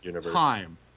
time